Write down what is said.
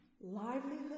livelihood